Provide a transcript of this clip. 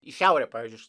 į šiaurę pavyzdžiui